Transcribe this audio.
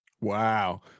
Wow